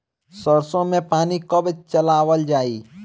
सरसो में पानी कब चलावल जाई?